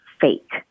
fake